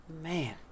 Man